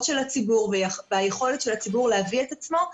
של הציבור וליכולת של הציבור להביא את עצמו,